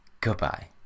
Goodbye